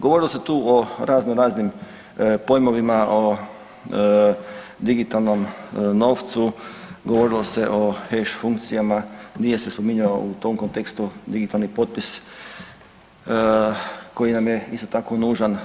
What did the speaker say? Govorilo se tu o raznoraznim pojmovima, o digitalnom novcu, govorilo se o hash funkcijama, nije se spominjao u tom kontekstu digitalni potpis koji nam je isto tako nužan.